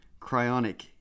cryonic